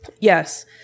Yes